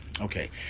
okay